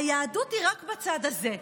היהדות היא רק בצד הזה.